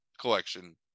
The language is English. collection